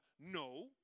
No